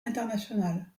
internationale